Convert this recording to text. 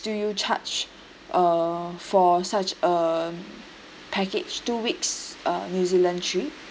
do you charge uh for such a package two weeks uh new zealand trip